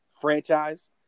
franchise